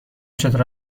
چطور